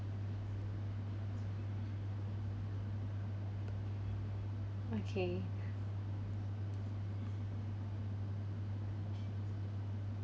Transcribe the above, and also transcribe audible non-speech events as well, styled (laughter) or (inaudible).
okay (breath)